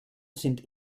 sind